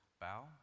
bow